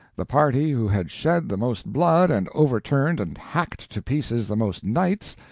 the party who had shed the most blood and overturned and hacked to pieces the most knights,